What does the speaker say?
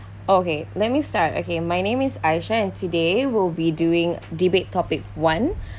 okay let me start okay my name is aisyah and today will be doing debate topic one